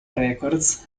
records